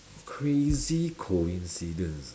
crazy coincidence ah